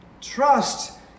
Trust